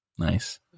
Nice